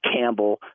Campbell